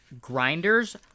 grinders